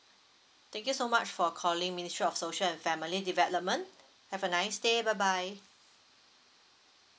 thank you so much for calling ministry of social and family development have a nice day bye bye